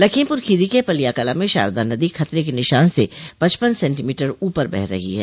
लखीमपुरखीरी के पलियाकला में शारदा नदी खतरे के निशान से पचपन सेन्टीमीटर ऊपर बह रही है